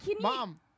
mom